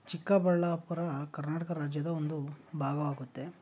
ಚಿಕ್ಕಬಳ್ಳಾಪುರ ಕರ್ನಾಟಕ ರಾಜ್ಯದ ಒಂದು ಭಾಗವಾಗುತ್ತೆ